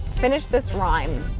finish this rhyme.